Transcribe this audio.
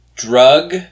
Drug